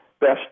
best